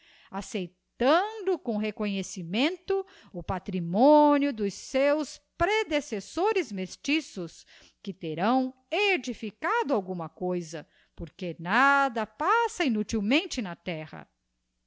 acceitando com reconhecimento o património dos seus predecessores mestiços que lerão edificado alguma coisa porque nada passa inutilmente na terra